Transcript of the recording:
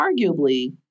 arguably